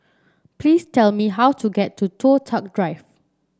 please tell me how to get to Toh Tuck Drive